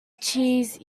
cheese